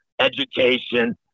education